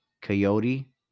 Coyote